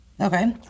Okay